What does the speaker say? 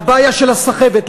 לבעיה של הסחבת,